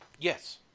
Yes